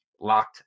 Locked